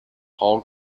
hall